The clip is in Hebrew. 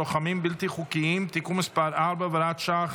שידורים זר בביטחון המדינה (הוראת שעה,